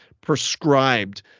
prescribed